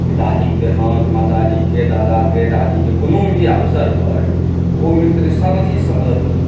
पिताजीकेँ देहान्त माताजीकेँ दादाकेँ दादीकेँ कोनो भी अवसर पर ओ मित्र सभ चीजसँ मदद कयलनि